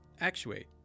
actuate